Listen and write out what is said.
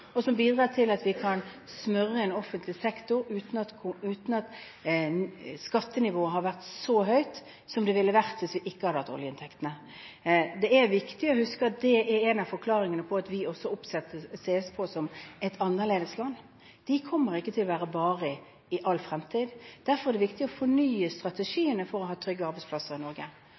og som bidrar til at vi kan smøre en offentlig sektor uten at skattenivået har vært så høyt som det ville vært hvis vi ikke hadde hatt oljeinntektene. Det er viktig å huske at det er én av forklaringene på at vi også ses på som et annerledesland. Det kommer ikke til å vare i all fremtid. Derfor er det viktig å fornye strategiene for å ha trygge arbeidsplasser i Norge.